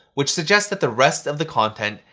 which suggests that the rest of the content,